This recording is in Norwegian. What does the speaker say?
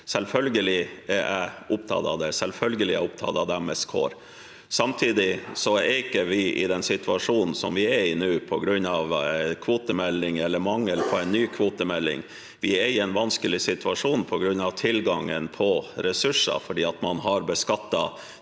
Selvfølgelig er jeg opptatt av det, selvfølgelig er jeg opptatt av deres kår. Samtidig er vi ikke i den situasjonen vi er i nå, på grunn av kvotemeldingen eller mangel på en ny kvotemelding. Vi er i en vanskelig situasjon på grunn av tilgangen på ressurser, for man har beskattet